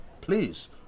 Please